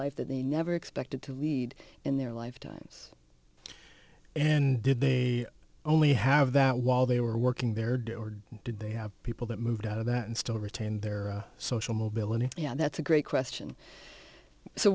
life that they never expected to lead in their lifetimes and did they only have that while they were working there do or did they have people that moved out of that and still retained their social mobility yeah that's a great question so